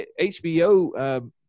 HBO